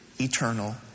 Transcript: eternal